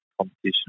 competition